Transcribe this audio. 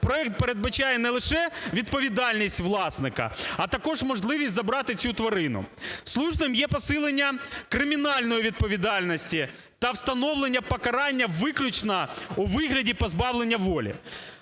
Проект передбачає не лише відповідальність власника, а також можливість забрати цю тварину. Слушним є посилення кримінальної відповідальності та встановлення покарання виключно у вигляді позбавлення волі.